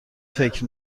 فکر